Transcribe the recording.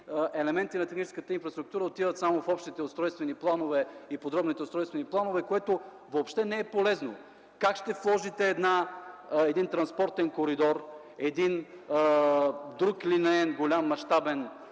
елементи на техническата инфраструктура отиват само в общите устройствени планове и подробните устройствени планове, което въобще не е полезно. Как ще сложите транспортен коридор или друг мащабен